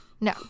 no